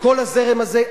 וכל הזרם הזה,